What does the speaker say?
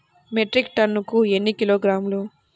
Metric టన్నుకు ఎన్ని కిలోగ్రాములు?